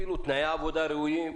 אפילו תנאי עבודה ראויים.